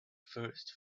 first